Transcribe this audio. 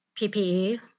PPE